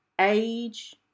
age